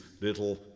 Little